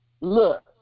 Look